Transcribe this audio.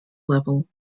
level